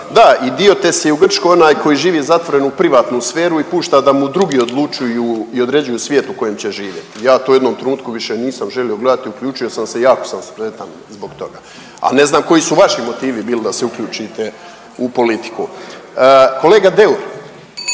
Da idiotes je u Grčkoj onaj koji živi zatvorenu privatnu sferu i pušta da mu drugi odlučuju i određuju svijet u kojem će živjeti. Ja to u jednom trenutku više nisam želio gledati, uključio sam se i jako sam sretan zbog toga, a ne znam koji su vaši motivi bili da se uključite u politiku. Kolega Deur,